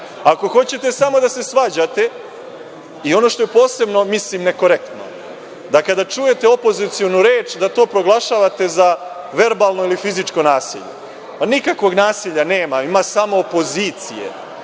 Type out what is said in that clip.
Ako hoćete samo da se svađate i ono što je posebno nekorektno da kada čujete opozicionu reč da to proglašavate za verbalno i fizičko nasilje. Nikakvog nasilja nema, ima samo opozicije